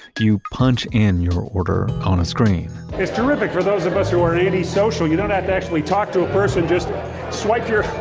you punch in your order on a screen it's terrific for those of us who are antisocial. you don't have to actually talk to a person, just swipe your,